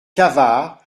cavard